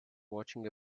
watching